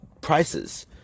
prices